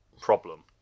problem